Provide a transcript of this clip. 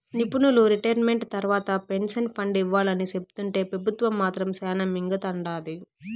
నిపునులు రిటైర్మెంట్ తర్వాత pension fund ఇవ్వాలని సెప్తుంటే పెబుత్వం మాత్రం శానా మింగతండాది